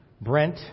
Brent